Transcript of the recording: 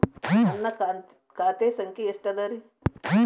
ನನ್ನ ಖಾತೆ ಸಂಖ್ಯೆ ಎಷ್ಟ ಅದರಿ?